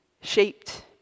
shaped